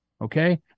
okay